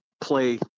play